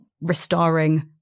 restoring